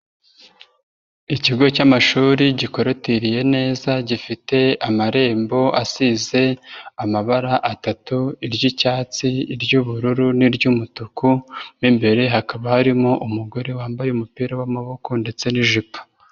Ikigo cy'amashuri gikorotiriye neza gifite amarembo asize amabara atatu iry'icyatsi, iry'ubururu n'iry'umutuku mo imbere hakaba harimo umugore wambaye umupira w'amaboko ndetse n'ijipo.